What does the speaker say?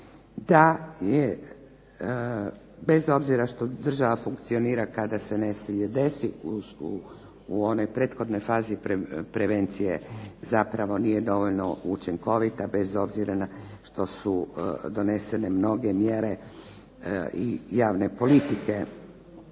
je bez obzira što država funkcionira kada se desi u onoj prethodnoj fazi prevencije zapravo nije dovoljno učinkovita bez obzira što su donesene mnoge mjere javne politike.